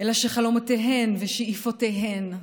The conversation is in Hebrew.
אלא שחלומותיהן ושאיפותיהן,